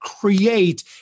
create